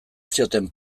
zioten